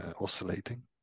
oscillating